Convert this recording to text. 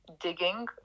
digging